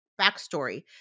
backstory